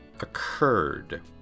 occurred